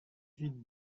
huit